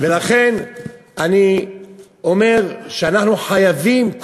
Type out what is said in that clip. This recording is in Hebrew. ולכן אני אומר שאנחנו חייבים,